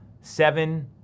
seven